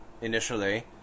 initially